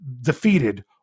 defeated